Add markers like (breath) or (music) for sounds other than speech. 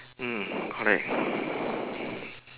mm correct (breath)